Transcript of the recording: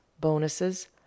bonuses